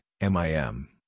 MIM